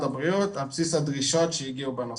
הבריאות על בסיס הדרישות שהגיעו בנושא.